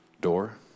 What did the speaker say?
door